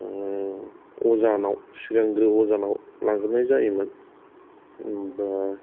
अजानाव सिगांग्रो अजानाव लांग्रोनाय जायोमोन ओमफ्राय